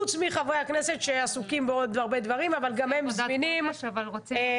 חוץ מחברי הכנסת שעסוקים בעוד הרבה דברים אבל גם הם זמינים לטובתכם.